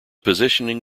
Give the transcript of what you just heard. positioning